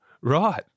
right